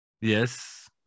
Yes